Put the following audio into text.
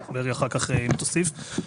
ולפיה אנחנו דורשים מכל גוף מוסדי שיקבע בעצמו את